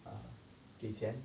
err 给钱